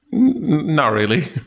not really